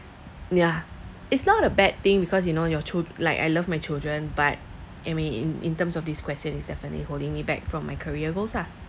yeah it's not a bad thing because you know your chil~ like I love my children but I mean in in terms of this question it's definitely holding me back from my career goals lah